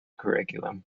curriculum